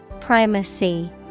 Primacy